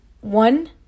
one